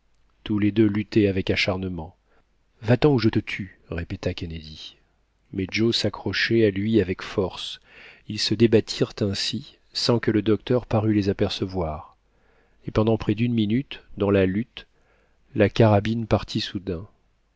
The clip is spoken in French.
tous les deux luttaient avec acharnement va-t-en ou je te tue répéta kennedy mais joe s'accrochait à lui avec force ils se débattirent ainsi sans que le docteur parût les apercevoir et pendant près d'une minute dans la lutte la carabine partit soudain